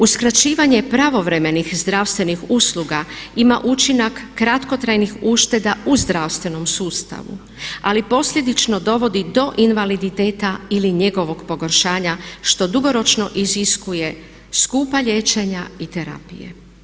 Uskraćivanje pravovremenih zdravstvenih usluga ima učinak kratkotrajnih ušteda u zdravstvenom sustavu ali posljedično dovodi do invaliditeta ili njegovog pogoršanja što dugoročno iziskuje skupa liječenja i terapije.